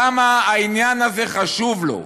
כמה העניין הזה חשוב לו,